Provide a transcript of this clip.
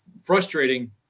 frustrating